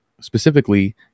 specifically